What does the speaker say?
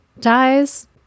dies